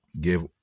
give